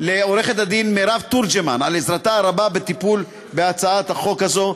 עורכת-דין מירב תורג'מן על עזרתה הרבה בטיפול בהצעת החוק הזו,